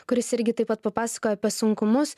kuris irgi taip pat papasakojo apie sunkumus